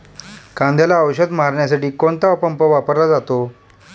कांद्याला औषध मारण्यासाठी कोणता पंप वापरला जातो?